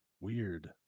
Weird